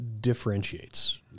differentiates